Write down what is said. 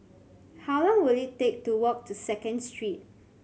how long will it take to walk to Second Street